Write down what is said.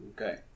Okay